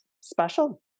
special